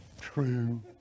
true